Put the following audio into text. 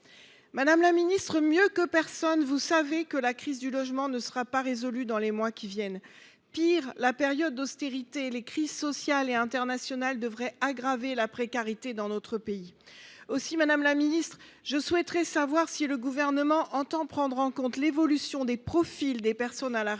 Madame la ministre, mieux que personne, vous savez que la crise du logement ne sera pas résolue dans les prochains mois. Pis, la période d’austérité et les crises tant sociales qu’internationales devraient aggraver la précarité dans notre pays. Aussi, madame la ministre, le Gouvernement entend il prendre en compte l’évolution du profil des personnes à la rue